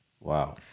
Wow